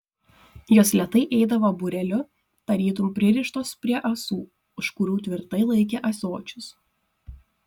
jos lėtai eidavo būreliu tarytum pririštos prie ąsų už kurių tvirtai laikė ąsočius